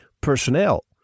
personnel